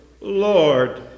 Lord